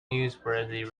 newsworthy